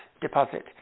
deposit